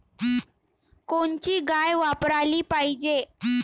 कोनची गाय वापराली पाहिजे?